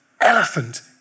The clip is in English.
elephant